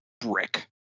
brick